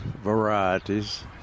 varieties